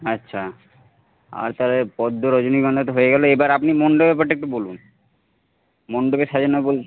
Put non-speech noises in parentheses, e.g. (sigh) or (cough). আচ্ছা আর তাহলে পদ্ম রজনীগন্ধা তো হয়ে গেল এবার আপনি মণ্ডপের ব্যাপারটা একটু বলুন মণ্ডপে সাজানো (unintelligible)